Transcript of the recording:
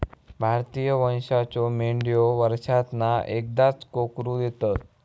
भारतीय वंशाच्यो मेंढयो वर्षांतना एकदाच कोकरू देतत